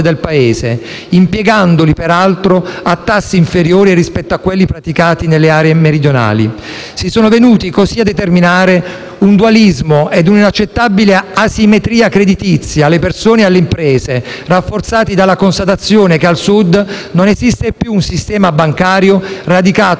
del Paese, impiegandoli, peraltro, a tassi inferiori rispetto a quelli praticati nelle aree meridionali. Si sono venuti, così, a determinare un dualismo e un'inaccettabile asimmetria creditizia alle persone e alle imprese, rafforzati dalla constatazione che al Sud non esiste più un sistema bancario radicato